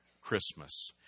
Christmas